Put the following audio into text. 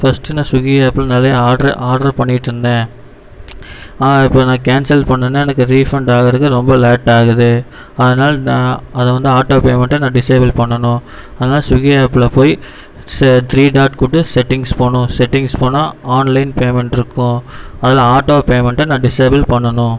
first நான் Swiggy ஆப்பில் நிறைய ஆர்டர் ஆர்டர் பண்ணிகிட்டுருந்தேன் ஆனால் இப்போது நான் கேன்சல் பண்ணணுனால் எனக்கு ரிஃபண்ட் ஆகறதுக்கு ரொம்ப லேட்டாகுது அதனால் நான் அதை வந்து ஆட்டோபேமண்ட்டை நான் டிசேபிள் பண்ணணும் அதனால் ஸ்விக்கி ஆப்பில் போய் த்ரீ டாட் கொடுத்து செட்டிங்ஸ் போகணும் செட்டிங்ஸ் போனால் ஆன்லைன் பேமண்ட் இருக்கும் அதில் ஆட்டோபேமண்ட்டை நான் டிசேபிள் பண்ணணும்